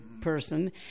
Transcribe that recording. person